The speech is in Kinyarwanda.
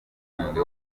condé